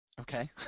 Okay